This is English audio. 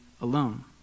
alone